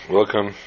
Welcome